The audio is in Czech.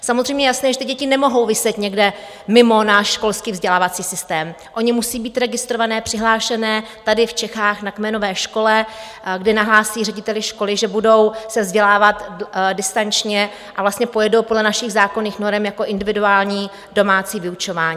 Samozřejmě je jasné, že ty děti nemohou viset někde mimo náš školský vzdělávací systém, ony musí být registrované, přihlášené tady v Čechách na kmenové škole, kde nahlásí řediteli školy, že budou se vzdělávat distančně, a vlastně pojedou podle našich zákonných norem jako individuální domácí vyučování.